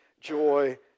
joy